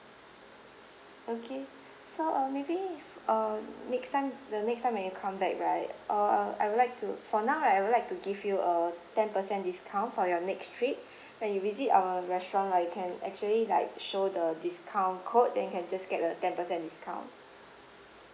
okay so uh maybe uh next time the next time when you come back right uh I would like to for now I would like to give you a ten per cent discount for your next trip when you visit our restaurant right you can actually like show the discount code then you can just get a ten per cent discount